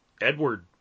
Edward